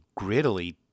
griddly